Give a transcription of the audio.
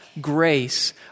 grace